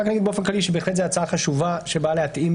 באופן כללי, זו הצעה חשובה שבאה להתאים